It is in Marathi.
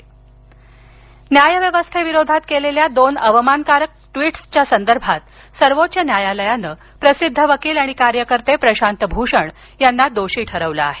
प्रशांत भषण न्यायव्यवस्थेविरोधात केलेल्या दोन अवमानकारक ट्विटस संदर्भात सर्वोच्च न्यायालयानं प्रसिद्ध वकील आणि कार्यकर्ते प्रशांत भूषण यांना दोषी ठरवलं आहे